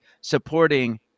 supporting